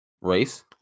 Race